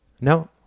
No